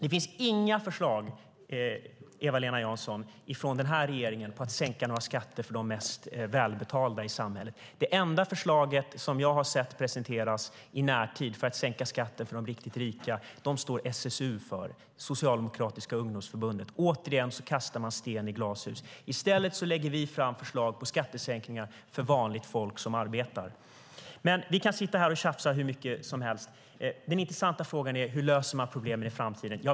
Det finns inga förslag från den här regeringen, Eva-Lena Jansson, på att sänka några skatter för de mest välbetalda i samhället. Det enda förslag jag har sett presenteras i närtid för att sänka skatter för de riktigt rika står SSU, det socialdemokratiska ungdomsförbundet, för. Återigen kastar man alltså sten i glashus. Vi lägger i stället fram förslag på skattesänkningar för vanligt folk som arbetar. Vi kan stå här och tjafsa hur mycket som helst, men den intressanta frågan är hur man löser problemen i framtiden.